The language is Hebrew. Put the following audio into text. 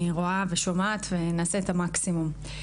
אני רואה ושומעת, ונעשה את המקסימום.